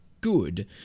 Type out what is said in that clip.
good